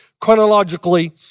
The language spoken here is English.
chronologically